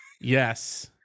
Yes